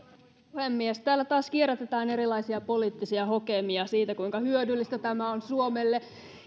puhemies täällä taas kierrätetään erilaisia poliittisia hokemia siitä kuinka hyödyllistä tämä on suomelle